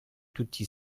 tutti